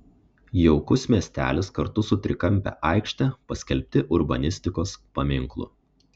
jaukus miestelis kartu su trikampe aikšte paskelbti urbanistikos paminklu